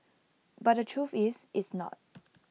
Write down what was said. but the truth is it's not